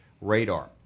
radar